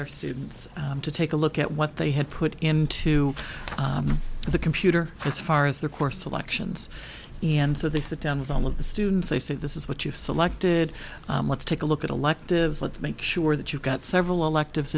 our students to take a look at what they had put into the computer as far as the course selections and so they sat down with all of the students they said this is what you've selected let's take a look at electives let's make sure that you've got several electives